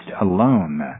alone